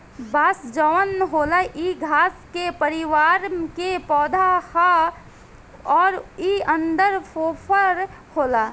बांस जवन होला इ घास के परिवार के पौधा हा अउर इ अन्दर फोफर होला